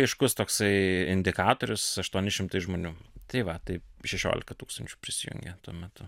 aiškus toksai indikatorius aštuoni šimtai žmonių tai va tai šešiolika tūkstančių prisijungė tuo metu